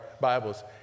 Bibles